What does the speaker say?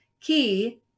key